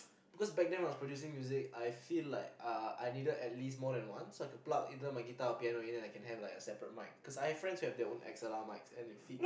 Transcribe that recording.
cause back then when I was producing music I feel like uh I needed at least more than one so that I can pluck either my guitar or piano in and then I can have like a separate mic cause I have friends who have their own XLR mics and it fits